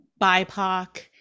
BIPOC